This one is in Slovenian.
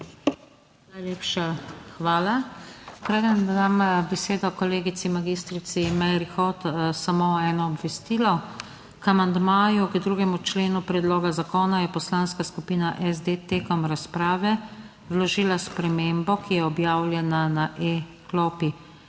Najlepša hvala. Preden dam besedo kolegici magistrici Meri Hot, samo eno obvestilo. K amandmaju k 2. členu predloga zakona je Poslanska skupina SD tekom razprave vložila spremembo, ki je objavljena na e-klopi.